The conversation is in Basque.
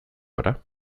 gara